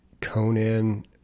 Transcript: conan